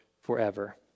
forever